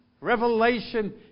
Revelation